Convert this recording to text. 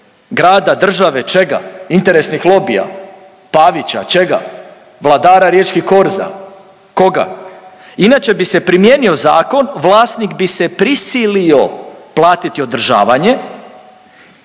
grada, države, čega, interesnih lobija, Pavića, čega, vladara riječkih korza, koga? Inače bi se primijenio zakon vlasnik bi se prisilio platiti održavanje